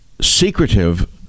secretive